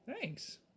thanks